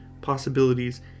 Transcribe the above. possibilities